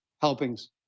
helpings